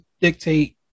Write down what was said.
dictate